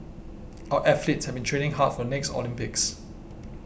our athletes have been training hard for the next Olympics